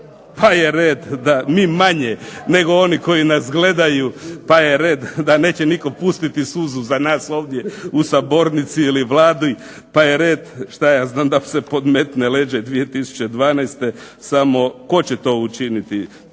pa je red da mi manje nego oni koji nas gledaju, pa je red, da neće nitko pustiti suzu za nas ovdje u sabornici ili Vladi, pa je red što ja znam da se podmetne leđa i 2012. Samo tko će to učiniti?